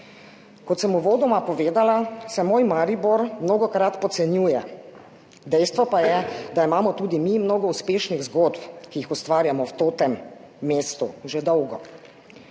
Kot sem uvodoma povedala, se moj Maribor mnogokrat podcenjuje. Dejstvo pa je, da imamo tudi mi mnogo uspešnih zgodb, ki jih ustvarjamo v »totem« mestu že dolgo.